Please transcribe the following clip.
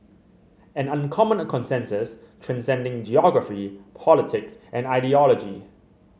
an uncommon consensus transcending geography politics and ideology